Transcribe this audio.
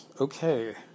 okay